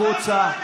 החוצה.